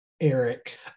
Eric